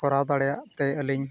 ᱠᱚᱨᱟᱣ ᱫᱟᱲᱮᱭᱟᱜᱛᱮ ᱟᱹᱞᱤᱧ